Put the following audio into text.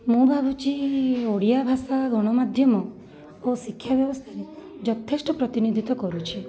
ମୁଁ ଭାବୁଛି ଓଡ଼ିଆଭାଷା ଗଣମାଧ୍ୟମ ଓ ଶିକ୍ଷା ବ୍ୟବସ୍ଥାରେ ଯଥେଷ୍ଟ ପ୍ରତିନିଧିତ୍ବ କରୁଛି